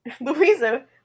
Louisa